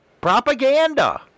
Propaganda